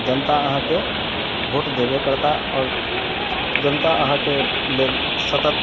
जनता अहाँकेँ भोट देबे करता आओर जनता अहाँकेँ लेल सतत